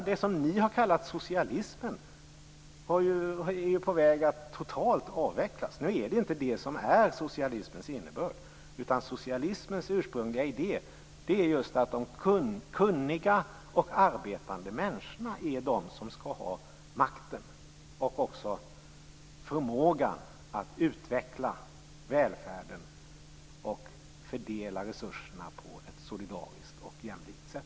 Det som ni har kallat för socialism är på väg att totalt avvecklas. Nu är det inte detta som är socialismens innebörd. Socialismens ursprungliga idé är att de kunniga och arbetande människorna är de som skall ha makten och också förmågan att utveckla välfärden och fördela resurserna på ett solidariskt och jämlikt sätt.